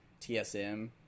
TSM